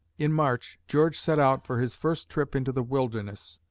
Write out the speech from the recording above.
in march, george set out for his first trip into the wilderness.